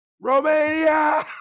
Romania